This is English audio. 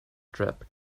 strap